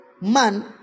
man